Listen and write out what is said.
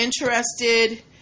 interested